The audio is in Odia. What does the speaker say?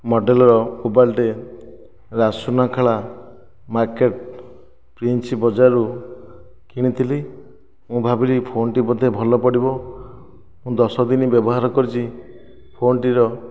ମଡ଼େଲ୍ର ମୋବାଇଲ୍ ଟିଏ ରାଜସୁନାଖେଳା ମାର୍କେଟ୍ ପ୍ରିନ୍ସ ବଜାରରୁ କିଣିଥିଲି ମୁଁ ଭାବିଲି ଫୋନ୍ଟି ବୋଧେ ଭଲ ପଡ଼ିବ ମୁଁ ଦଶଦିନ ବ୍ୟବହାର କରିଛି ଫୋନ୍ଟିର